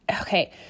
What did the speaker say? okay